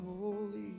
holy